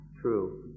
true